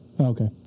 Okay